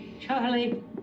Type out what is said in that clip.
Charlie